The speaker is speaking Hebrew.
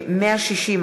160),